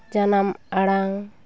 ᱡᱟᱱᱟᱢ ᱟᱲᱟᱝ